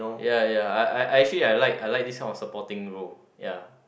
ya ya I I actually I like I like this kind of supporting role ya